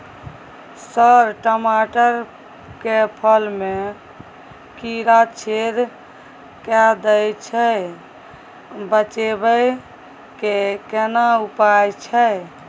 Sir टमाटर के फल में कीरा छेद के दैय छैय बचाबै के केना उपाय छैय?